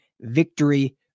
victory